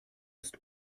ist